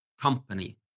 company